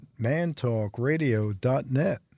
mantalkradio.net